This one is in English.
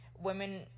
Women